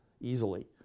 easily